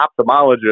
ophthalmologist